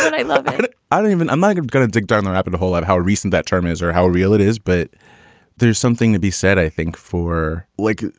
and i like but i don't even a mugger gonna dig down the rabbit hole at how recent that term is or how real it is. but there's something to be said, i think, for like.